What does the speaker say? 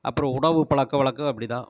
அப்புறம் உணவு பழக்க வழக்கம் அப்படிதான்